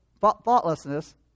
thoughtlessness